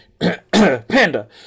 panda